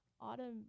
Autumn